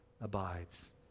abides